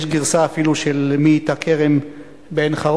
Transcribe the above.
יש גרסה אפילו של "מי ייטע כרם בעין-חרוד",